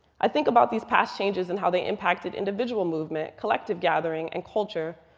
i think about these past changes and how they impacted individual movement, collective gathering, and culture.